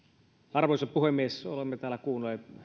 arvoisa puhemies olemme täällä kuulleet